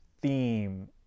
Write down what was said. theme